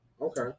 Okay